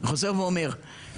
חוזר ואומר,